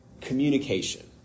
Communication